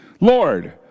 Lord